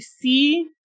see